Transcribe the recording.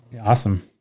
Awesome